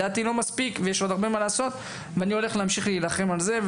לדעתי לא מספיק ויש עוד הרבה מה לעשות ואני הולך להמשיך להלחם על זה,